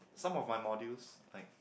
some of my modules like